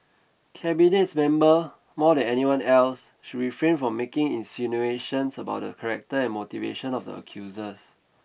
cabinets member more than anyone else should refrain from making insinuations about the character and motivations of the accusers